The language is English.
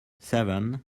seven